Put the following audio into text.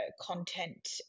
content